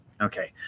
Okay